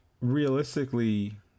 realistically